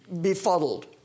befuddled